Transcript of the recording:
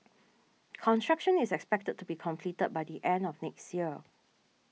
construction is expected to be completed by the end of next year